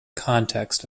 context